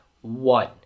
one